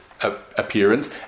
appearance